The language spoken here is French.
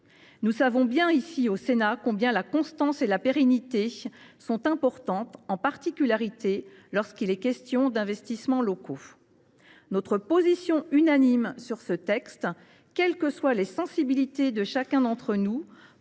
Nous savons bien ici, au Sénat, combien la constance et la pérennité sont importantes, en particulier lorsqu’il est question d’investissements locaux. Notre position unanime sur ce texte, quelles que soient les sensibilités de chacun d’entre nous,